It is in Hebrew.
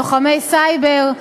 לוחמי סייבר,